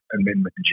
amendment